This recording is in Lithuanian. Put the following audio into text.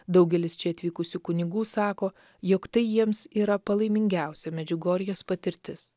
daugelis čia atvykusių kunigų sako jog tai jiems yra palaimingiausia medžiugorjės patirtis